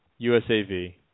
USAV